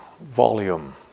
volume